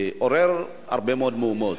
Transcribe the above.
עורר הרבה מאוד מהומות.